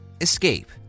Escape